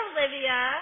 Olivia